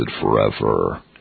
forever